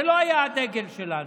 זה לא היה הדגל שלנו,